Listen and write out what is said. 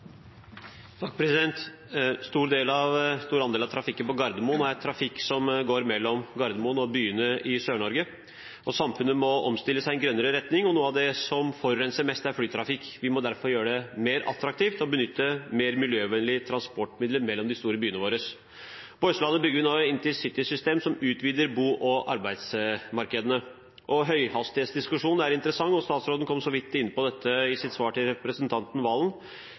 trafikk som går mellom Gardermoen og byene i Sør-Norge. Samfunnet må omstille seg i en grønnere retning, og noe av det som forurenser mest, er flytrafikk. Vi må derfor gjøre det mer attraktivt å benytte mer miljøvennlige transportmidler mellom de store byene våre. På Østlandet bygger vi nå et intercitysystem som utvider bo- og arbeidsregionene. Høyhastighetsdiskusjonen er interessant, og statsråden kom så vidt inn på dette i sitt svar til representanten Serigstad Valen,